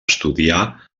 estudiar